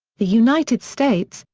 the united states,